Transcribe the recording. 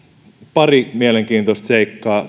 pari mielenkiintoista seikkaa